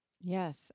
Yes